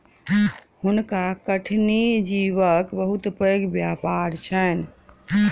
हुनका कठिनी जीवक बहुत पैघ व्यापार छैन